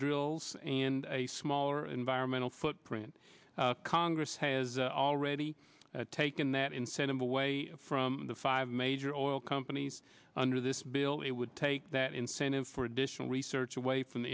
drills and a smaller environmental footprint congress has already taken that incentive away from the five major oil companies under this bill it would take that incentive for additional research away from